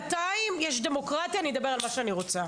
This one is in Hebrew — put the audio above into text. בינתיים יש דמוקרטיה אז אני אדבר על מה שאני רוצה.